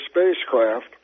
spacecraft